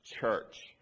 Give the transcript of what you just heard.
Church